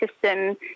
system